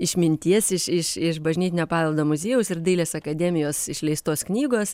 išminties iš iš iš bažnytinio paveldo muziejaus ir dailės akademijos išleistos knygos